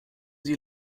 sie